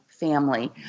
family